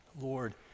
Lord